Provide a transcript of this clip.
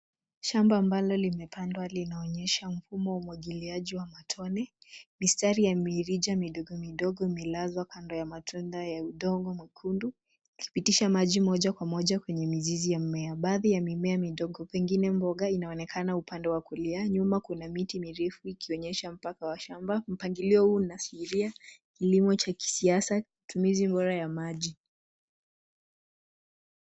Shamba ambalo limepandwa linaonyesha mfumo wa umwagiliaji wa matone. Mistari ya mirija midogo midogo imelazwa kando ya matundu ya udongo mwekundu, ikipitisha maji moja kwa moja kwenye mizizi ya mimea. Baadhi ya mimea midogo pengine mboga inaonekana upande wa kulia, nyuma kuna miti mirefu ikionyesha mpaka wa shamba. Mpangilio huu unaashiria kilimo cha kisasa, utumizi bora ya maji.